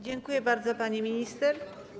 Dziękuję bardzo, pani minister.